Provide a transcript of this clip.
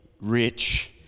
rich